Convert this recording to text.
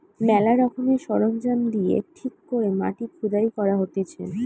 ম্যালা রকমের সরঞ্জাম দিয়ে ঠিক করে মাটি খুদাই করা হতিছে